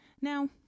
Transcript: now